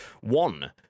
One